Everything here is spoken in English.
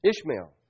Ishmael